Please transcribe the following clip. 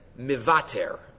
Mivater